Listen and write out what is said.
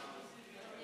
יש לך עד